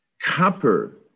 Copper